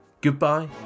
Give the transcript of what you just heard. goodbye